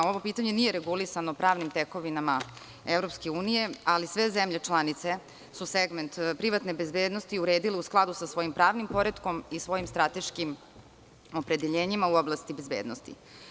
Ovo pitanje nije regulisano pravnim tekovinama EU, ali sve zemlje članice su segment privatne bezbednosti uredile u skladu sa svojim pravnim poretkom i svojim strateškim opredeljenjima u oblasti bezbednosti.